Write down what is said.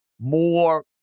more